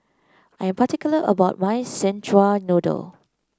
I am particular about my Szechuan Noodle